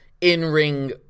In-ring